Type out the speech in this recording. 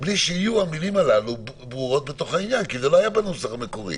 בלי שיהיו המילים הללו ברורות בתוך העניין כי זה לא היה בנוסח המקורי.